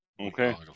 okay